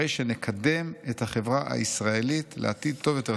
הרי שנקדם את החברה הישראלית לעתיד טוב יותר".